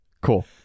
Cool